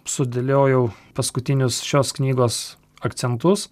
ir sudėliojau paskutinius šios knygos akcentus